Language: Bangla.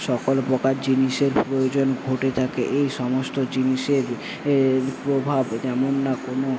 সকল প্রকার জিনিসের প্রয়োজন ঘটে থাকে এই সমস্ত জিনিসের প্রভাব যেমন না কোন